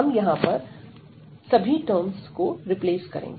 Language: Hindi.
हम यहां पर सभी टर्म्सको रिप्लेस करेंगे